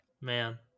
Man